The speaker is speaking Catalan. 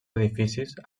edificis